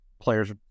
players